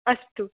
अस्तु